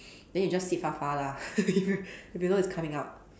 then you just sit far far lah if you know it's coming out